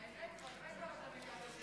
אני נהנה לקרוא בשמותיכם,